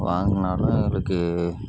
வாங்குனாலும் எங்களுக்கு